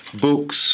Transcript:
books